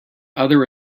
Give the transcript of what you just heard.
other